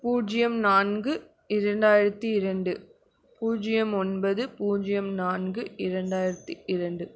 பூஜ்யம் நான்கு இரண்டாயிரத்தி இரண்டு பூஜ்யம் ஒன்பது பூஜ்யம் நான்கு இரண்டாயிரத்தி இரண்டு